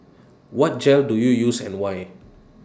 what gel do you use and why